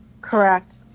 Correct